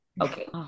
Okay